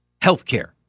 Healthcare